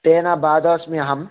तेन बाधोस्मि अहम्